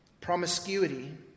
Promiscuity